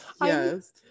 yes